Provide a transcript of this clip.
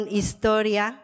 historia